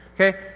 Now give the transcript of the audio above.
Okay